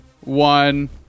one